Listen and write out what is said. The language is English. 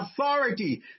authority